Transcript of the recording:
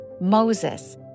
Moses